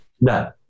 No